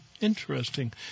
interesting